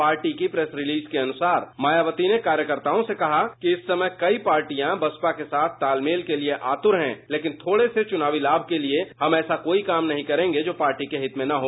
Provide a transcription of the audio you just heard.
party की press release के अनुसार मायावती ने कार्यकताओं ने कहा कि इस समय कई पार्टियां बसपा के साथ तालमेल के लिए आतुर हैं लेकिन थोड़े से चुनावी लाम के लिए हम ऐसा कोई काम नहीं करेंगे जो पार्टी के हित में न हो